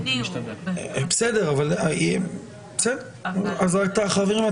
אז חברים,